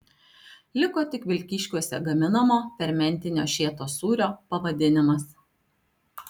liko tik vilkyškiuose gaminamo fermentinio šėtos sūrio pavadinimas